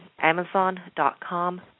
amazon.com